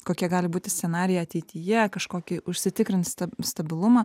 kokie gali būti scenarijai ateityje kažkokį užsitikrint stabilumą